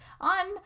on